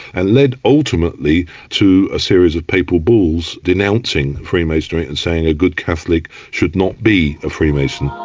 and led ultimately to a series of papal bulls denouncing freemasonry and saying a good catholic should not be a freemason.